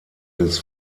des